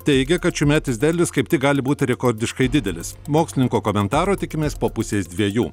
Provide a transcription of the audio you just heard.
teigia kad šiųmetis derlius kaip tik gali būt rekordiškai didelis mokslininko komentaro tikimės po pusės dviejų